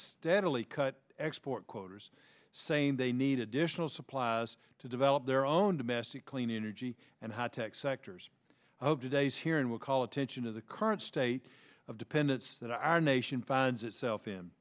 steadily cut export quoters saying they need additional supplies to develop their own domestic clean energy and high tech sectors of today's hearing will call attention to the current state of dependence that our nation found itself